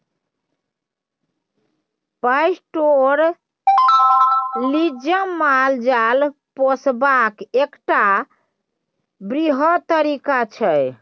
pastoralism माल जाल पोसबाक एकटा बृहत तरीका छै